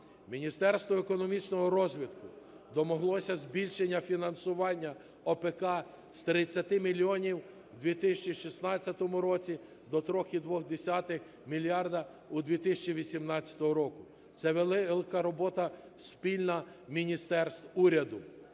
Міністерство економічного розвитку домоглося збільшення фінансування ОПК з 30 мільйонів у 2016 році до 3,2 мільярда у 2018 році – це велика робота спільна міністерств уряду,